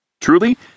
Truly